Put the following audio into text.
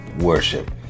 worship